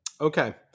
Okay